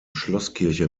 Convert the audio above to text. schlosskirche